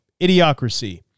Idiocracy